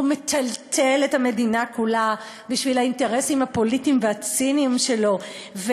והוא מטלטל את המדינה כולה בשביל האינטרסים הפוליטיים והציניים שלו.